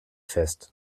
fest